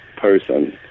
person